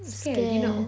scared you know